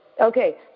Okay